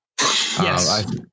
Yes